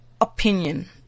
opinion